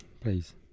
please